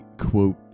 quote